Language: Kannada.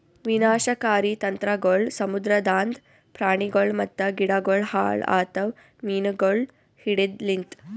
ವಿನಾಶಕಾರಿ ತಂತ್ರಗೊಳ್ ಸಮುದ್ರದಾಂದ್ ಪ್ರಾಣಿಗೊಳ್ ಮತ್ತ ಗಿಡಗೊಳ್ ಹಾಳ್ ಆತವ್ ಮೀನುಗೊಳ್ ಹಿಡೆದ್ ಲಿಂತ್